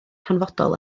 hanfodol